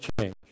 change